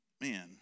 Man